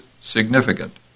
significant